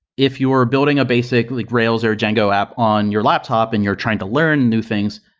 if you are building a basically rails or django app on your laptop and you're trying to learn new things,